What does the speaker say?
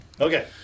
Okay